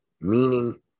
meaning